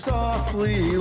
softly